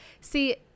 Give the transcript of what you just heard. See